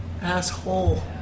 Asshole